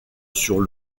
sur